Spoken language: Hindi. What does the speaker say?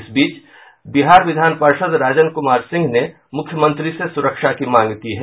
इस बीच बिहार विधान पार्षद राजन कुमार सिंह ने मूख्यमंत्री से सुरक्षा की मांग की है